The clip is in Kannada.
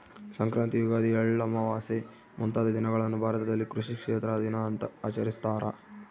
ಸಂಕ್ರಾಂತಿ ಯುಗಾದಿ ಎಳ್ಳಮಾವಾಸೆ ಮುಂತಾದ ದಿನಗಳನ್ನು ಭಾರತದಲ್ಲಿ ಕೃಷಿ ಕ್ಷೇತ್ರ ದಿನ ಅಂತ ಆಚರಿಸ್ತಾರ